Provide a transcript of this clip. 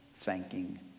thanking